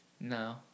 No